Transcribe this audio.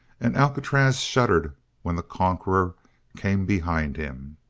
and alcatraz shuddered when the conqueror came behind him.